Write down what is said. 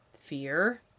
Fear